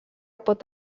pot